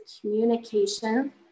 communication